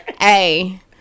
Hey